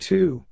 Two